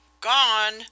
Gone